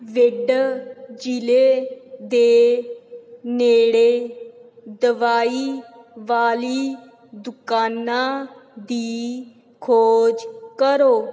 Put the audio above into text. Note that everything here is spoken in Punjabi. ਬਿੱਡ ਜ਼ਿਲ੍ਹੇ ਦੇ ਨੇੜੇ ਦਵਾਈ ਵਾਲੀ ਦੁਕਾਨਾਂ ਦੀ ਖੋਜ ਕਰੋ